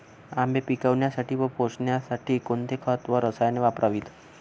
आंबे पिकवण्यासाठी व पोसण्यासाठी कोणते खत व रसायने वापरावीत?